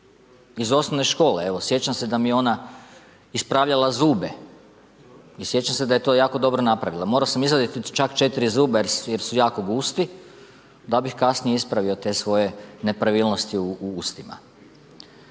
iz osnovne škole. Sjećam se da mi je ona ispravljala zube i sjećam se da je to jako dobro napravila. Morao sam izvaditi čak 4 zuba jer su jako gusti da bih kasnije ispravio te svoje nepravilnosti u ustima.